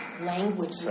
language